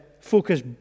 focus